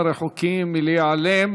משלל סיבות,